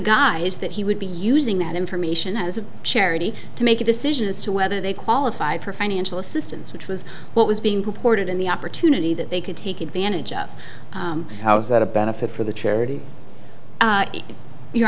guise that he would be using that information as a charity to make a decision as to whether they qualify for financial assistance which was what was being reported in the opportunity that they could take advantage of how is that a benefit for the charity in you